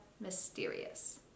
mysterious